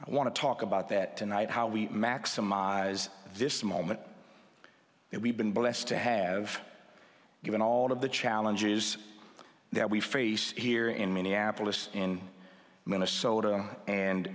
i want to talk about that tonight how we maximize this moment that we've been blessed to have given all of the challenges that we face here in minneapolis in minnesota and